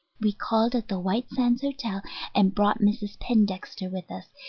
we called at the white sands hotel and brought mrs. pendexter with us.